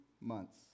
months